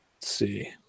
see